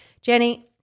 Jenny